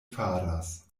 faras